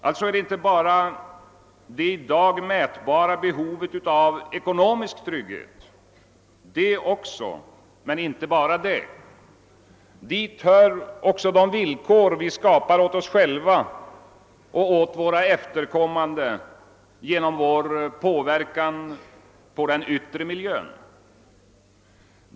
Alltså är det inte bara fråga om det i dag mätbara behovet av ekonomisk trygghet. Det gäller också det, men inte bara det. Hit hör också de villkor vi skapar åt oss själva och åt våra efterkommande genom vår påverkan på den yttre miljön.